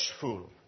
fool